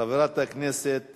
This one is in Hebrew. חברת הכנסת